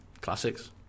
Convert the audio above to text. Classics